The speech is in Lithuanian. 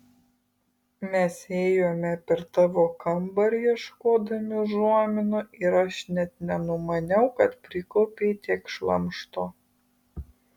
mes ėjome per tavo kambarį ieškodami užuominų ir aš net nenumaniau kad prikaupei tiek šlamšto